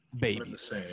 babies